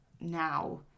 now